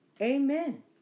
Amen